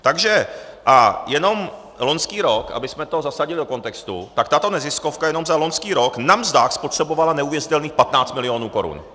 Takže a jenom loňský rok, abychom to zasadili do kontextu, tak tato neziskovka jenom za loňský rok na mzdách spotřebovala neuvěřitelných 15 milionů korun.